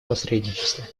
посредничестве